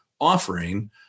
offering